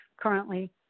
currently